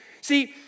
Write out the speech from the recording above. See